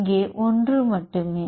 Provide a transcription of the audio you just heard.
இங்கே ஒன்று மட்டுமே